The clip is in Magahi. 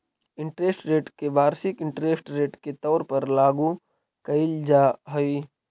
इंटरेस्ट रेट के वार्षिक इंटरेस्ट रेट के तौर पर लागू कईल जा हई